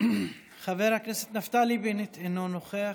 חבר הכנסת נפתלי בנט, אינו נוכח,